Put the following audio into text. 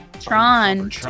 Tron